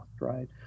right